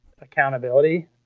accountability